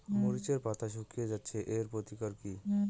মরিচের পাতা শুকিয়ে যাচ্ছে এর প্রতিকার কি?